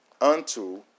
unto